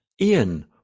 Ian